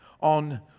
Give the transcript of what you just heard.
on